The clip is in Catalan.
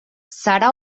serà